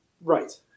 Right